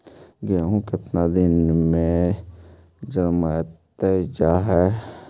गेहूं केतना दिन में जलमतइ जा है?